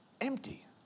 empty